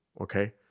okay